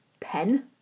pen